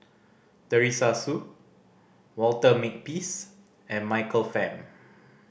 Teresa Hsu Walter Makepeace and Michael Fam